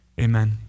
Amen